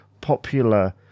popular